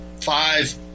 five